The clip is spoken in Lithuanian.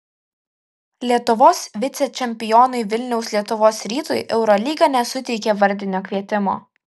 lietuvos vicečempionui vilniaus lietuvos rytui eurolyga nesuteikė vardinio kvietimo